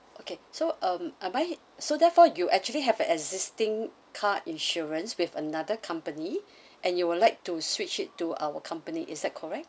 okay so um I buy so therefore you actually have a existing car insurance with another company and you would like to switch it to our company is that correct